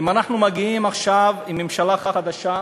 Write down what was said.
אם אנחנו מגיעים עכשיו עם ממשלה חדשה,